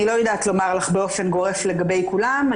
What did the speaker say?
אני לא יודעת לומר לך באופן גורף לגבי כולם.